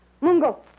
Mungo